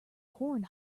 horn